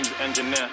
Engineer